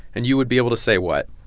and you would be able to say, what?